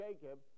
Jacob